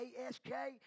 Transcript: A-S-K